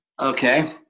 Okay